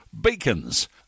Beacons